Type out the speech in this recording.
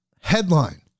Headline